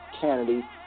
Kennedy